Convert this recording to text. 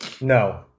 No